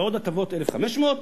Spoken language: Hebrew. ועוד הטבות 1,500,